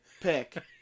pick